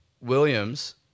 Williams